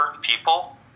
people